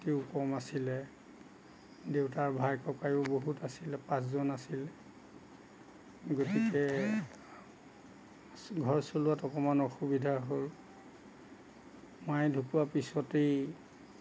খেতিও কম আছিলে দেউতাৰ ভাই ককায়ো বহুত আছিলে পাঁচজন আছিলে গতিকে ঘৰ চলোৱাত অকমান অসুবিধা হ'ল মায়ে ঢুকোৱা পিছতেই